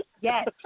Yes